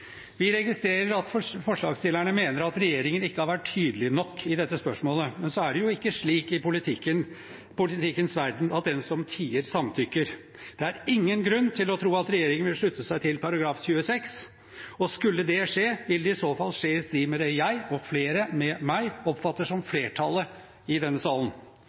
Vi registrerer at forslagsstillerne mener at regjeringen ikke har vært tydelig nok i dette spørsmålet. Men så er det ikke slik i politikkens verden at den som tier, samtykker. Det er ingen grunn til å tro at regjeringen vil slutte seg til artikkel 26, og skulle det skje, vil det i så fall skje i strid med det jeg, og flere med meg, oppfatter som flertallet i denne salen.